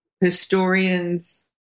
historians